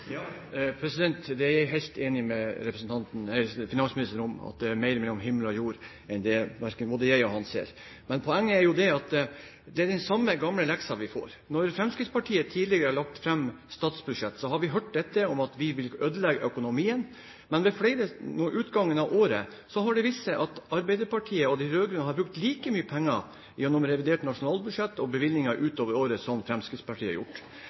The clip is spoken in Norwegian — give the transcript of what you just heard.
er helt enig med finansministeren i at det er mer mellom himmel og jord enn det både han og jeg ser. Men poenget er at det er den samme gamle leksa vi får. Når Fremskrittspartiet tidligere har lagt fram forslag til statsbudsjett, har vi hørt at vi vil ødelegge økonomien med det. Men ved utgangen av året har det vist seg at Arbeiderpartiet og de andre rød-grønne partiene har brukt like mye penger gjennom revidert nasjonalbudsjett og bevilgninger utover året som Fremskrittspartiet har gjort.